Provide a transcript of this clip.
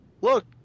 look